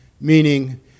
meaning